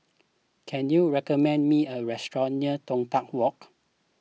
can you recommend me a restaurant near Toh Tuck Walk